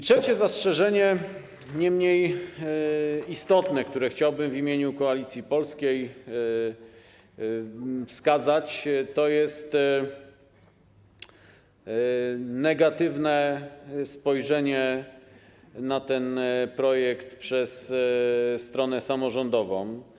Trzecie zastrzeżenie, nie mniej istotne, które chciałbym w imieniu Koalicji Polskiej wskazać, to negatywne spojrzenie na ten projekt przez stronę samorządową.